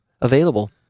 available